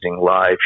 live